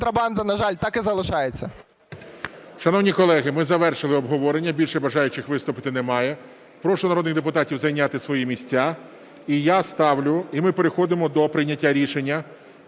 контрабанда, на жаль, так і залишається. ГОЛОВУЮЧИЙ. Шановні колеги, ми завершили обговорення. Більше бажаючих виступити немає. Прошу народних депутатів зайняти свої місця і ми переходимо до прийняття рішення